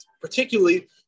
particularly